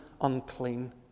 unclean